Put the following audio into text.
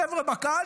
החבר'ה בקהל,